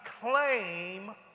claim